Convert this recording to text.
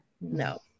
No